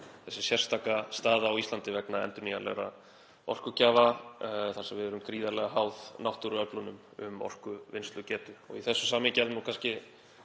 þessi sérstaka staða á Íslandi vegna endurnýjanlegra orkugjafa þar sem við erum gríðarlega háð náttúruöflunum um orkuvinnslugetu. Í þessu samhengi er kannski